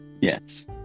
Yes